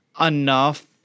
enough